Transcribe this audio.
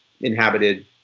inhabited